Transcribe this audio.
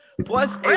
Plus